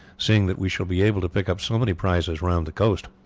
seeing that we shall be able to pick up so many prizes round the coast.